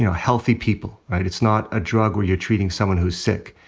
you know healthy people. right? it's not a drug where you're treating someone who is sick.